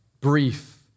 brief